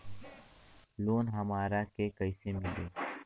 Loan हमरा के कईसे मिली?